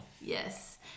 Yes